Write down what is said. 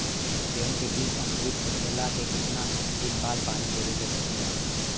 गेहूँ के बिज अंकुरित होखेला के कितना दिन बाद पानी देवे के होखेला?